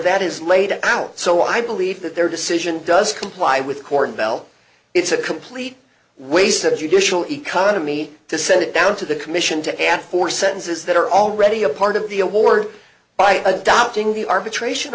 that is laid out so i believe that their decision does comply with cornbelt it's a complete waste of judicial economy to send it down to the commission to ask for sentences that are already a part of the award by adopting the arbitration